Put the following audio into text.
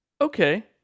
Okay